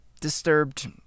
disturbed